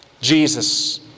Jesus